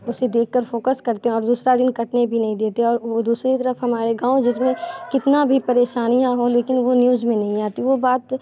उसे देख कर फ़ोकस करते हैं और दूसरा दिन कटने भी नहीं देते और वो दूसरी तरफ़ हमारे गाँव जिसमें कितना भी परेशानियाँ हो लेकिन वो न्यूज़ में नहीं आती वो बात